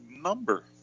number